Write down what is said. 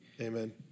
Amen